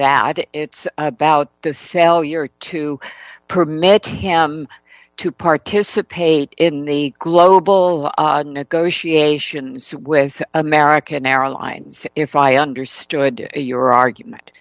that it's about the failure to permit him to participate in the global negotiations with american airlines if i understood your argument